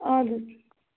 اَدٕ حظ